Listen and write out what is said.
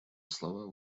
слова